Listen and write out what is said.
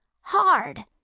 Hard